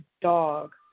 dog